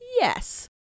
Yes